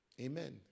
Amen